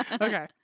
Okay